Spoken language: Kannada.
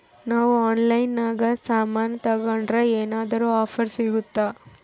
ನಾವು ಆನ್ಲೈನಿನಾಗ ಸಾಮಾನು ತಗಂಡ್ರ ಏನಾದ್ರೂ ಆಫರ್ ಸಿಗುತ್ತಾ?